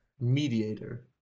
mediator